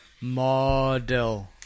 model